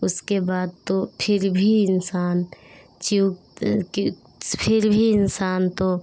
उसके बाद तो फिर भी इन्सान चूक फिर भी इन्सान तो